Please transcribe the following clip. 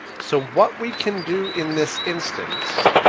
so what we can do in this instance,